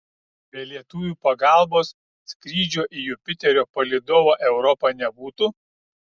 be lietuvių pagalbos skrydžio į jupiterio palydovą europą nebūtų